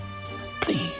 Please